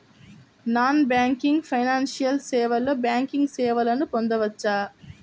Non banking financial సేవలో banking సేవలను పొందవచ్చా?